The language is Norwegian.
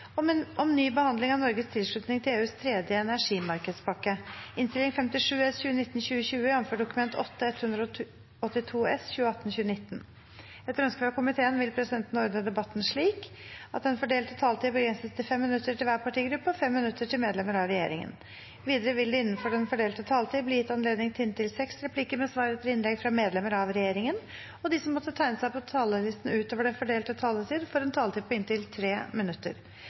slik: Den fordelte taletid begrenses til 5 minutter til hver partigruppe og 5 minutter til medlemmer av regjeringen. Videre vil det – innenfor den fordelte taletid – bli gitt anledning til inntil seks replikker med svar etter innlegg fra medlemmer av regjeringen, og de som måtte tegne seg på talerlisten utover den fordelte taletid, får en taletid på inntil 3 minutter.